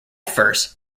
first